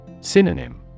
Synonym